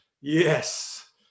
Yes